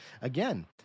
Again